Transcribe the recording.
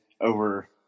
over